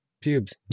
pubes